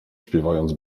śpiewając